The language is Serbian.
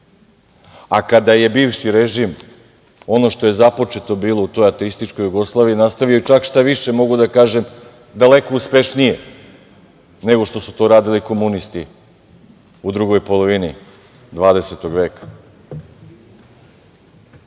a kada je bivši režim, ono što je započeto bilo u toj ateističkoj Jugoslaviji, nastavio je čak šta više, mogu da kažem daleko uspešnije nego što su to radili komunisti u drugoj polovini 20. veka.